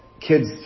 kids